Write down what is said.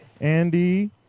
Andy